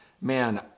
man